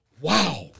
Wow